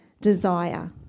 desire